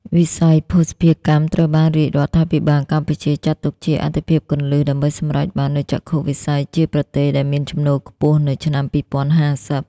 វិស័យភស្តុភារកម្មត្រូវបានរាជរដ្ឋាភិបាលកម្ពុជាចាត់ទុកជាអាទិភាពគន្លឹះ ដើម្បីសម្រេចបាននូវចក្ខុវិស័យជាប្រទេសដែលមានចំណូលខ្ពស់នៅឆ្នាំ ២០៥០។